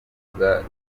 rubuga